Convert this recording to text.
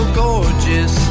gorgeous